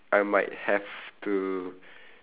I might have to